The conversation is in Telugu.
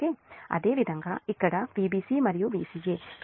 అదేవిధంగా ఇక్కడ Vbc మరియు Vca